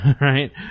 right